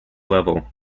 level